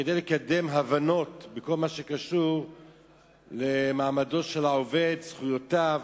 כדי לקדם הבנות בכל הקשור למעמדו של העובד וזכויותיו,